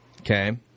Okay